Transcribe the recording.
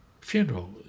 funeral